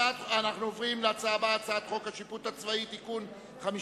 אנחנו עוברים להצעת חוק השיפוט הצבאי (תיקון מס'